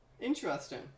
interesting